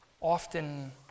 often